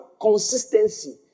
consistency